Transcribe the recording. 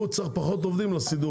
הוא צריך פחות עובדים לסידור.